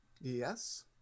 Yes